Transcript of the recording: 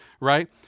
right